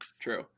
True